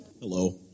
Hello